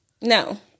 No